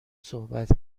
صحبت